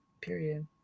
period